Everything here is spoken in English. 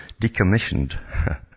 decommissioned